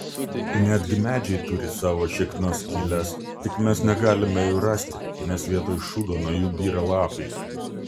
netgi medžiai turi savo šiknos skyles tik mes negalime jų rasti nes vietoj šūdo nuo jų byra lapai